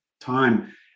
time